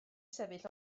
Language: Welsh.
sefyll